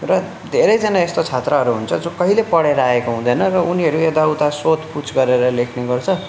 र धेरैजना यस्तो छात्रहरू हुन्छ जो कहिले पढेर आएको हुँदैन र उनीहरू यता उता सोध पुछ गरेर लेख्ने गर्छ